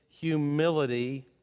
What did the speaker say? humility